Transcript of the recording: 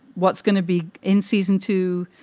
what's going to be in season two?